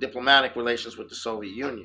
diplomatic relations with the soviet union